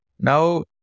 Now